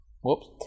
whoops